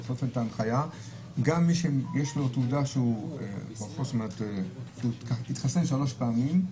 או את ההנחיה גם מי שיש לו תעודה שהוא מחוסן שלוש פעמים,